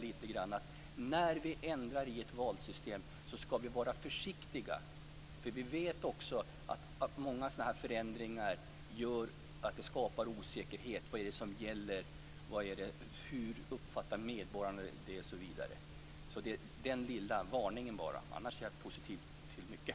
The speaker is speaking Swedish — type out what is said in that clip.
Vi skall vara försiktiga när vi ändrar i ett valsystem, eftersom vi vet att många förändringar skapar osäkerhet om vad som gäller och vi vet inte hur de uppfattas av medborgarna. Jag vill bara framföra den lilla varningen. Annars är jag positivt inställd till mycket.